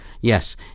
yes